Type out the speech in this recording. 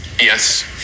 Yes